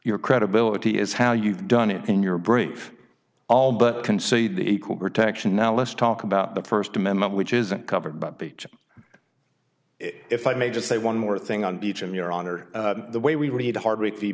your credibility is how you've done it in your brief all but concede the equal protection now let's talk about the first amendment which isn't covered by beach if i may just say one more thing on beach in your honor the way we read the heart rate the